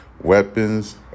weapons